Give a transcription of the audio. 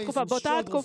את בית הספר,